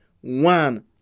one